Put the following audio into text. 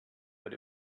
but